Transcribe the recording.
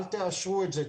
אל תאשרו את זה,